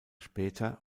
später